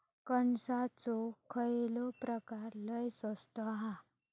कणसाचो खयलो प्रकार लय स्वस्त हा?